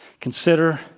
Consider